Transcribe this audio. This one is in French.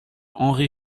henri